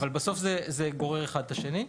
בסוף זה גורר אחד את השני.